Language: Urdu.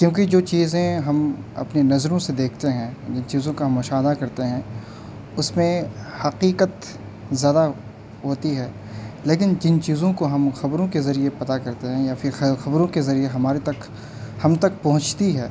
کیونکہ جو چیزیں ہم اپنی نظروں سے دیکھتے ہیں جن چیزوں کا ہم مشاہدہ کرتے ہیں اس میں حقیقت زیادہ ہوتی ہے لیکن جن چیزوں کو ہم خبروں کے ذریعہ پتہ کرتے ہیں یا پھر خیر خبروں کے ذریعہ ہمارے تک ہم تک پہنچتی ہے